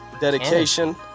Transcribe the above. dedication